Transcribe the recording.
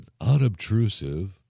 unobtrusive